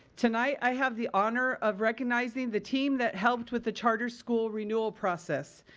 tonight i have the honor of recognizing the team that helped with the charter school renewal process.